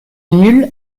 nul